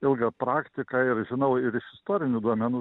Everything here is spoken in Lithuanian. ilgą praktiką ir žinau ir iš istorinių duomenų